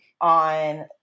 on